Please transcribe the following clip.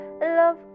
Love